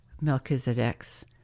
Melchizedek's